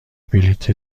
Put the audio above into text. بلیت